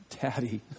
Daddy